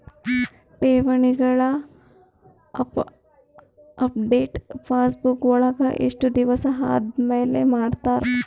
ಠೇವಣಿಗಳ update passbook ವಳಗ ಎಷ್ಟ ದಿವಸ ಆದಮೇಲೆ ಮಾಡ್ತಿರ್?